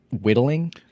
Whittling